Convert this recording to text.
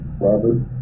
Robert